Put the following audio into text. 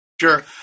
Sure